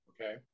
Okay